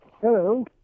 Hello